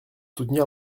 soutenir